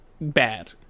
Bad